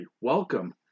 Welcome